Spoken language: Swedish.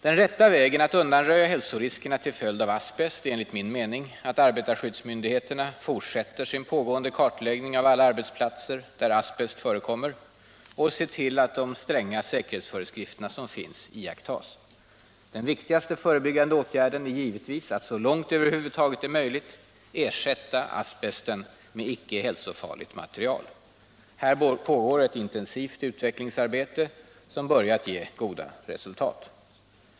Den rätta vägen att undanröja hälsoriskerna till följd av asbest är enligt min mening att arbetarskyddsmyndigheterna fortsätter sin pågående kartläggning av alla arbetsplatser där asbest förekommer och ser till att de stränga säkerhetsföreskrifter som finns iakttas. Den viktigaste förebyggande åtgärden är givetvis att så långt det över huvud taget är möjligt ersätta asbesten med icke hälsofarligt material. Här pågår ett intensivt utvecklingsarbete som börjat ge goda resultat.